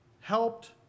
helped